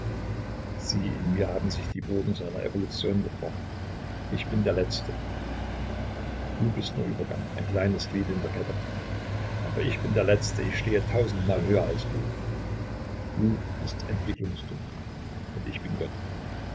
sieh in mir haben sich die wogen seiner evolution gebrochen ich bin der letzte du bist nur übergang ein kleines glied in der kette aber ich bin der letzte ich stehe tausendmal höher als du du bist entwicklungsdung und ich bin gott